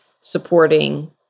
supporting